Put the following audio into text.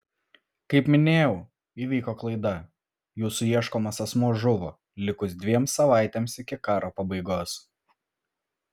kaip minėjau įvyko klaida jūsų ieškomas asmuo žuvo likus dviem savaitėms iki karo pabaigos